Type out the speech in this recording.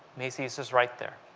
macy's is right there.